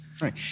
Right